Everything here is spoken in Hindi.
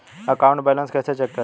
अकाउंट बैलेंस कैसे चेक करें?